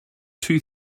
two